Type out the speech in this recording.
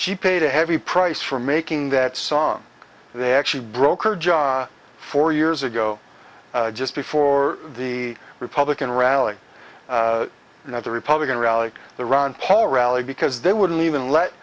she paid a heavy price for making that song they actually broke her jaw four years ago just before the republican rally another republican rally the ron paul rally because they wouldn't even let